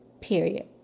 Period